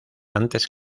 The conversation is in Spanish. antes